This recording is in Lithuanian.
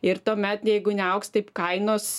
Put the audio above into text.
ir tuomet jeigu neaugs taip kainos